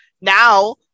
Now